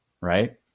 Right